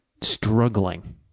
struggling